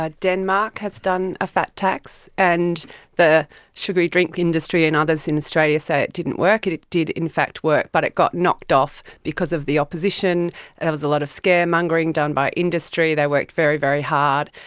ah denmark has done a fat tax, and the sugary drink industry and others in australia say it didn't work, it it did in fact work but it got knocked off because of the opposition, and there was a lot of scaremongering done by industry, they worked very, very hard,